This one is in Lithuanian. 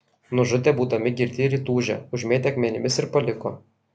nužudė būdami girti ir įtūžę užmėtė akmenimis ir paliko